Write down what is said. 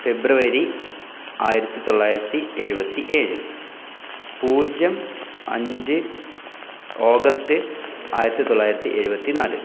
ഫെബ്രുവരി ആയിരത്തി തൊള്ളായിരത്തി എഴുപത്തി ഏഴ് പൂജ്യം അഞ്ച് ഓഗസ്റ്റ് ആയിരത്തി തൊള്ളായിരത്തി എഴുപത്തി നാല്